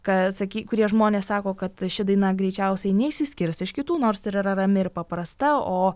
ką sakyt kurie žmonės sako kad ši daina greičiausiai neišsiskirs iš kitų nors yra rami ir paprasta o